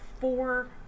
four